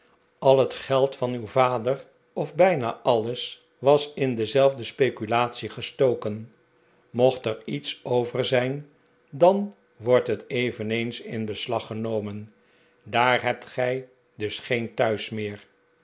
al het geld van uw vader of bijna alles was in dezelfde speculatie gestoken mocht er iets over zijn dan wordt het eveneens in beslag genomen daar hebt gij dus geen thuis meer